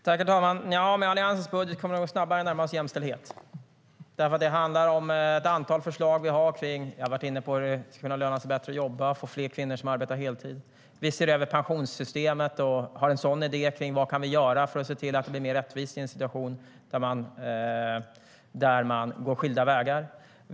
Herr talman! Med Alliansens budget kommer vi nog snabbare att närma oss jämställdhet. Det handlar om ett antal förslag, som jag har varit inne på, om hur det ska kunna löna sig bättre att jobba och få fler kvinnor som arbetar heltid. Vi ser över pensionssystemet och har en idé om vad vi kan göra för att se till att det blir mer rättvist i en situation där man går skilda vägar.